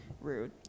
rude